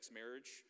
marriage